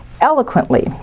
eloquently